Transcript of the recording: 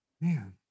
man